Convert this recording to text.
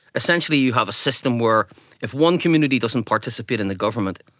essentially you have a system where if one community doesn't participate in the government,